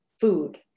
food